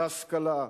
להשכלה,